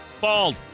Bald